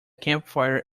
campfire